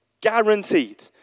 Guaranteed